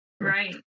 Right